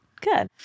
Good